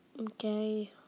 okay